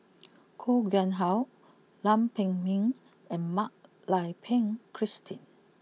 Koh Nguang how Lam Pin Min and Mak Lai Peng Christine